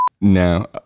No